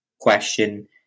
question